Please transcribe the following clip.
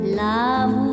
love